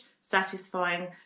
satisfying